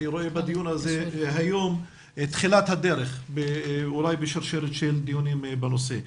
אני רואה בדיון היום את תחילת הדרך אולי בשרשרת של דיונים בנושא.